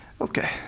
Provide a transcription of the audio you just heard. okay